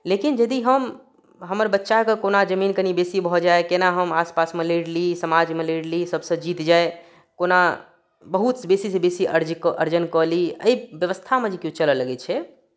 लेकिन यदि हम हमर बच्चाके कोना जमीन कनि बेसी भऽ जाय केना हम आस पासमे लड़ि ली समाजमे लड़ि ली सभसँ जीत जाय कोना बहुत बेसीसँ बेसी अर्जित अर्जन कए ली एहि व्यवस्थामे जे केओ चलय लगै छै